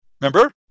Remember